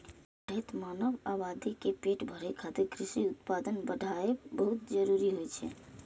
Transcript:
बढ़ैत मानव आबादी के पेट भरै खातिर कृषि उत्पादन बढ़ाएब बहुत जरूरी होइ छै